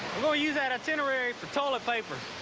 gonna use that itinerary for toilet paper.